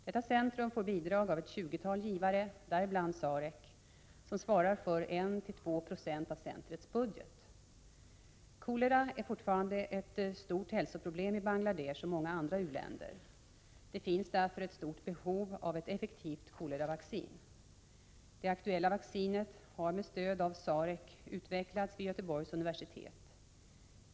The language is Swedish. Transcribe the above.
Detta center får bidrag av ett tjugotal givare, däribland SAREC, som svarar för 1-2 96 av centrets budget. Kolera är fortfarande ett stort hälsoproblem i Bangladesh och många andra u-länder. Det finns därför ett stort behov av ett effektivt koleravaccin. Det aktuella vaccinet har med stöd av SAREC utvecklats vid Göteborgs universitet.